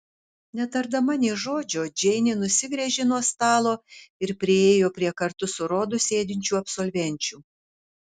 netardama nė žodžio džeinė nusigręžė nuo stalo ir priėjo prie kartu su rodu sėdinčių absolvenčių